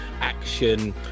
action